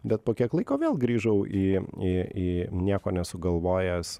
bet po kiek laiko vėl grįžau į į į nieko nesugalvojęs